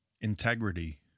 integrity